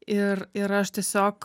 ir ir aš tiesiog